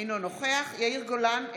אינו נוכח יאיר גולן,